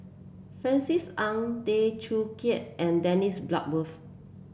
Francis Ng Tay Teow Kiat and Dennis Bloodworth